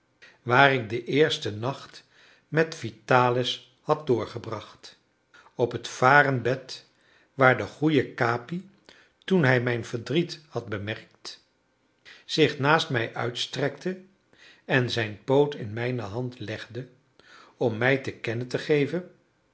waar ik den eersten nacht met vitalis had doorgebracht op het varen bed waar de goede capi toen hij mijn verdriet had bemerkt zich naast mij uitstrekte en zijn poot in mijne hand legde om mij te kennen te geven